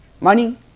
Money